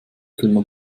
kölner